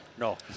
No